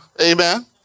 Amen